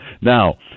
Now